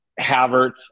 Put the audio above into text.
havertz